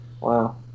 Wow